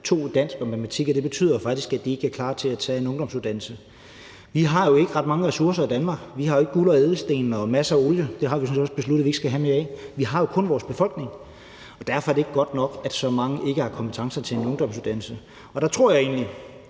i dansk og matematik, og det betyder faktisk, at de ikke er klar til at tage en ungdomsuddannelse. Vi har jo ikke ret mange ressourcer i Danmark, vi har ikke guld, ædelstene og masser af olie, og det sidste har vi sådan set også besluttet vi ikke skal have mere af, vi har kun vores befolkning, og derfor er det ikke godt nok, at så mange ikke har kompetencer til en ungdomsuddannelse. Og der tror jeg egentlig,